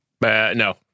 No